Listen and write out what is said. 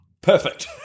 Perfect